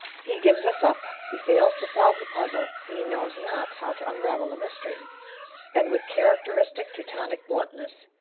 he gives us up he fails to solve the puzzle he knows not how to unravel the mystery and, with characteristic teutonic bluntness,